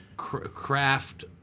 craft